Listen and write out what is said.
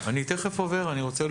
אני תכף עובר עליהן.